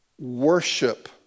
worship